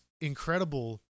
incredible